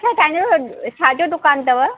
छा तव्हांजो छाजो दुकानु अथव